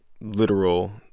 literal